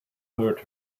hurt